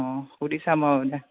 অ' সুধি চাম হ'বদে